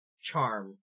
charm